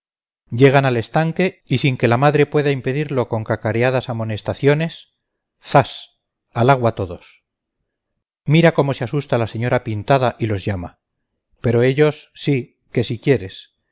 llegan al estanque y sin que la madre pueda impedirlo con cacareadas amonestaciones zas al agua todos mira cómo se asusta la señora pintada y los llama pero ellos sí que si quieres